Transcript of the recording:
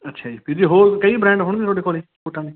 ਅੱਛਾ ਜੀ ਵੀਰ ਜੀ ਹੋਰ ਕਈ ਬ੍ਰਾਂਡ ਹੋਣਗੇ ਤੁਹਾਡੇ ਕੋਲ ਬੂਟਾਂ ਦੇ